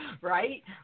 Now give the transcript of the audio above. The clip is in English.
right